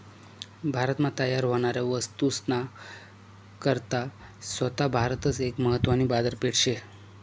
भारत मा तयार व्हनाऱ्या वस्तूस ना करता सोता भारतच एक महत्वानी बाजारपेठ शे